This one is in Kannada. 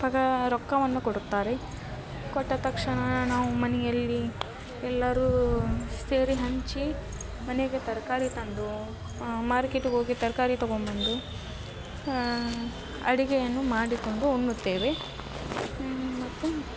ಪಗಾ ರೊಕ್ಕವನ್ನು ಕೊಡುತ್ತಾರೆ ಕೊಟ್ಟ ತಕ್ಷಣ ನಾವು ಮನೆಯಲ್ಲಿ ಎಲ್ಲರೂ ಸೇರಿ ಹಂಚಿ ಮನೆಗೆ ತರಕಾರಿ ತಂದು ಮಾರ್ಕೆಟಿಗೆ ಹೋಗಿ ತರಕಾರಿ ತಗೊಂಡ್ಬಂದು ಅಡುಗೆಯನ್ನು ಮಾಡಿಕೊಂಡು ಉಣ್ಣುತ್ತೇವೆ ಮತ್ತು